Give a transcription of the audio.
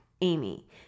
Amy